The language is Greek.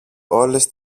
όλες